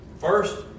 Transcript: First